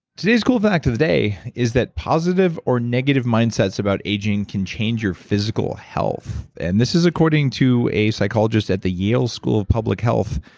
today's cool fact of the day is that positive or negative mindsets about aging can change your physical health. and this is according to a psychologist at the yale school of public health,